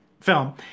film